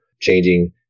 changing